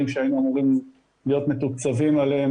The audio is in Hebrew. שהיינו אמורים להיות מתוקצבים עליהם,